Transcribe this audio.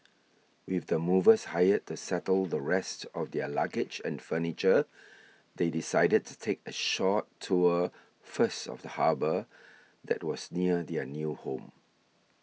with the movers hired to settle the rest of their luggage and furniture they decided to take a short tour first of the harbour that was near their new home